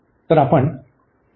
तर आपण प्रथम घेऊ